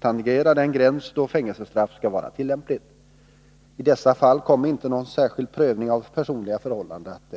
tangerar den gräns då fängelsestraff blir tillämpligt. I dessa fall kommer det inte att äga rum någon särskild prövning av personliga förhållanden.